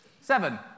Seven